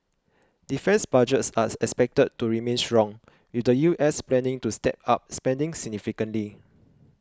defence budgets are expected to remain strong with the U S planning to step up spending significantly